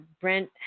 Brent